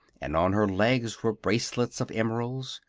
and on her legs were bracelets of emeralds.